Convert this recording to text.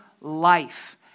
life